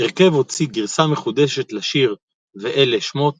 ההרכב הוציא גרסה מחודשת לשיר ואלה שמות